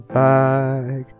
back